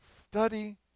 Study